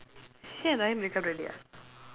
she and rahim break up already ah